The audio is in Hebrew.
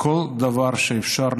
לכל דבר שאפשר,